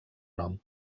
nom